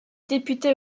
député